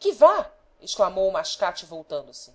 chi va exclamou o mascate voltando-se